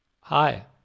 Hi